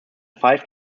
five